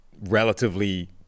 relatively